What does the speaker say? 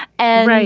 and,